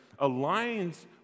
aligns